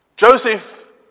Joseph